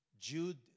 Jude